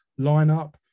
lineup